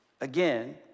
again